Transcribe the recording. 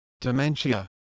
dementia